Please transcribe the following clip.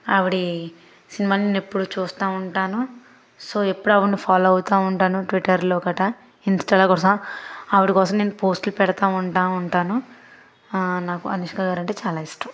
ఆవిడి సినిమాలు నేనెప్పుడూ చూస్తూ ఉంటాను సో ఎప్పుడు ఆవిడిని ఫాలో అవుతూ ఉంటాను ట్విట్టర్లో గట్ట ఇన్స్స్టాల్లో గట్ట ఆవిడ కోసం నేను పోస్టులు పెడతూ ఉంటాను నాకు అనుష్క గారంటే చాలా ఇష్టం